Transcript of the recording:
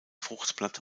fruchtblatt